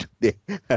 today